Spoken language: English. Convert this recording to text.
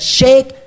shake